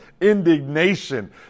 indignation